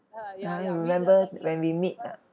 ah remember when we meet ah